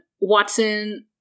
Watson